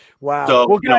wow